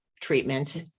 treatments